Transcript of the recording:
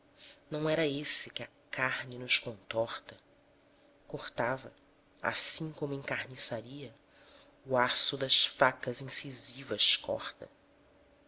não era esse que a carne nos contorta cortava assim como em carniçaria o aço das facas incisivas corta